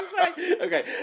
Okay